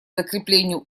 закреплению